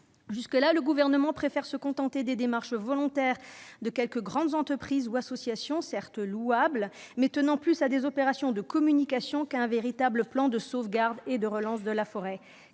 présent, le Gouvernement préfère se contenter des démarches volontaires de quelques grandes entreprises ou associations, certes louables, mais tenant plus d'opérations de communication que d'un véritable plan de sauvegarde et de relance de la forêt